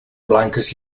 blanques